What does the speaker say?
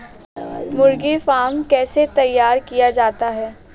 मुर्गी फार्म कैसे तैयार किया जाता है?